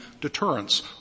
deterrence